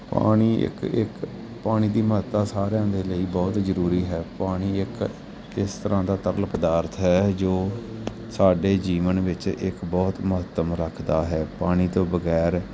ਪਾਣੀ ਇੱਕ ਇੱਕ ਪਾਣੀ ਦੀ ਮਹੱਤਤਾ ਸਾਰਿਆਂ ਦੇ ਲਈ ਬਹੁਤ ਜ਼ਰੂਰੀ ਹੈ ਪਾਣੀ ਇੱਕ ਇਸ ਤਰ੍ਹਾਂ ਦਾ ਤਰਲ ਪਦਾਰਥ ਹੈ ਜੋ ਸਾਡੇ ਜੀਵਨ ਵਿੱਚ ਇੱਕ ਬਹੁਤ ਮਹੱਤਵ ਰੱਖਦਾ ਹੈ ਪਾਣੀ ਤੋਂ ਬਗੈਰ